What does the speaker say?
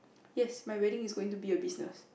yes my wedding is going to be a business